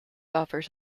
offers